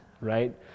right